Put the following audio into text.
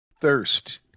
Thirst